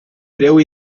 breu